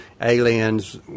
aliens